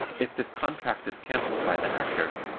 if this contract is cancelled by the actor,